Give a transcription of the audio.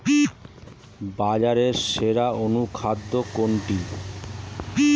বাজারে সেরা অনুখাদ্য কোনটি?